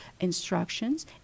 instructions